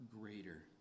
greater